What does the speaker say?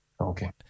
okay